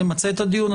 נמצה את הדיון.